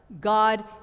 God